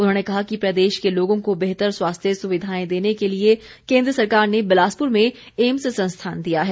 उन्होंने कहा कि प्रदेश के लोगों को बेहतर स्वास्थ्य सुविधाएं देने के लिए केन्द्र सरकार ने बिलासपुर में एम्स संस्थान दिया है